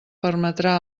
permetrà